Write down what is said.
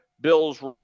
Bills